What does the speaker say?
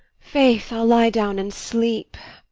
faith, i'll lie down and sleep.